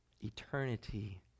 Eternity